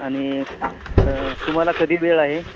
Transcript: आणि तुम्हाला कधी वेळ आहे